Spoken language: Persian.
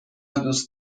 دوست